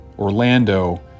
Orlando